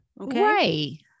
Okay